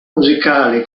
musicali